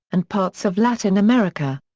and parts of latin america.